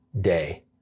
day